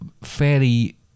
fairly